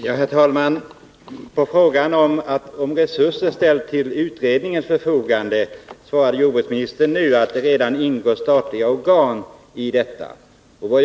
Herr talman! På frågan om resurser ställts till utredningens förfogande svarade jordbruksministern nu att det ingår statliga organ i detta arbete.